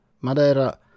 Madeira